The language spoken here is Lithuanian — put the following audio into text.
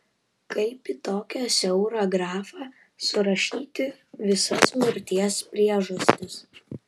kaip į tokią siaurą grafą surašyti visas mirties priežastis